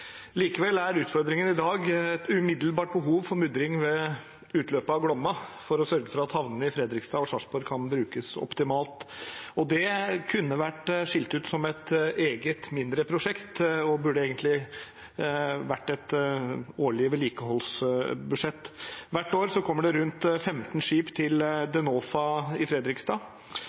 Likevel er utfordringen i dag et umiddelbart behov for mudring ved utløpet av Glomma, for å sørge for at havnene i Fredrikstad og Sarpsborg kan brukes optimalt. Det kunne vært skilt ut som et eget mindre prosjekt, og burde egentlig hatt et årlig vedlikeholdsbudsjett. Hvert år kommer det rundt 15 skip til Denofa i Fredrikstad.